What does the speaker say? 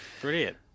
Brilliant